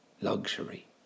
luxury